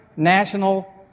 National